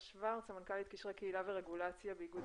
המנכ"לית לקשרי קהילה ורגולציה באיגוד